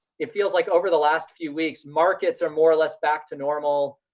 it feels like over the last few weeks markets are more or less back to normal,